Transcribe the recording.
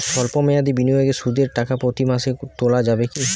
সল্প মেয়াদি বিনিয়োগে সুদের টাকা প্রতি মাসে তোলা যাবে কি?